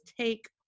take